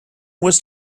was